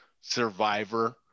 survivor